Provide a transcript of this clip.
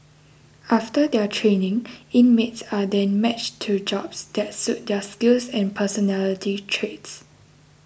after their training inmates are then matched to jobs that suit their skills and personality traits